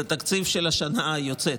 זה תקציב של השנה היוצאת,